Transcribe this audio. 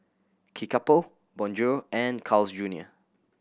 Kickapoo Bonjour and Carl's Junior